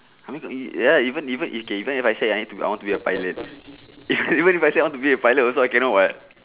I mean to ev~ ya even even if even if I say I want to be a pilot even if I say I want to be a pilot also I cannot [what]